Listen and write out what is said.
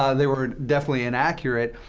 ah they were definitely inaccurate.